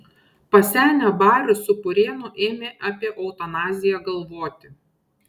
pasenę barius su purėnu ėmė apie eutanaziją galvoti